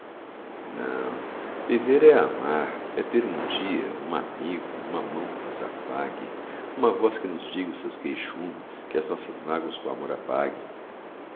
não viver é amar é ter um dia um amigo uma mão que nos afague uma voz que nos diga os seus queixumes que as nossas mágoas com amor apague